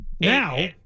Now